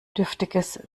dürftiges